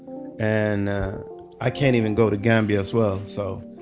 and i can't even go to gambia as well. so,